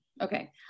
Okay